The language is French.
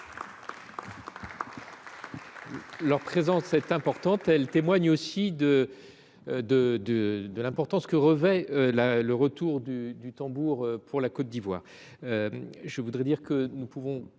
Leur présence est importante, elle témoigne aussi de l'importance que revêt le retour du tambour pour la Côte d'Ivoire.